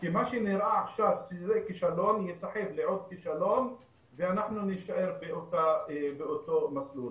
כי מה שנראה עכשיו ככישלון ייסחב לעוד כישלון ואנחנו נישאר באותו מסלול.